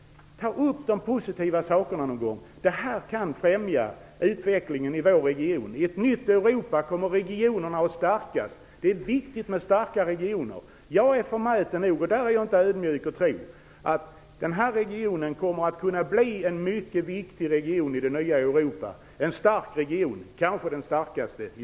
Ta upp de positiva sakerna någon gång! Det här kan främja utvecklingen i vår region. I ett nytt Europa kommer regionerna att stärkas. Det är viktigt med starka regioner. Jag är förmäten nog - där är jag inte ödmjuk - att påstå att den här regionen kommer att kunna bli en mycket viktig region i det nya Europa, en stark region, kanske den starkaste i